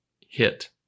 hit